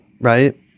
right